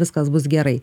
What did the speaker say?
viskas bus gerai